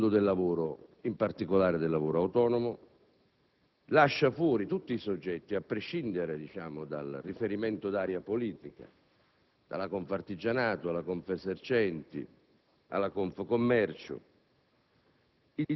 determina una sorta di contrapposizione con il mondo del lavoro, in particolare del lavoro autonomo, lascia fuori tutti i soggetti, a prescindere dal riferimento d'area politica,